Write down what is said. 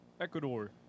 Ecuador